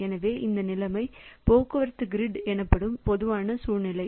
எனவே இந்த நிலைமை போக்குவரத்து கிரிட் ஏற்படும் ஒரு பொதுவான சூழ்நிலை